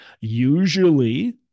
usually